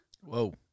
Whoa